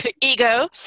ego